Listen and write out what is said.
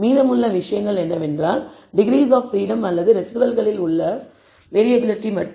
மீதமுள்ள விஷயங்கள் degrees of freedom அல்லது ரெஸிடுவல்களில் உள்ள வேறியபிலிட்டி மட்டுமே